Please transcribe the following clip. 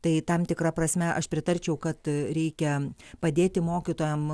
tai tam tikra prasme aš pritarčiau kad reikia padėti mokytojam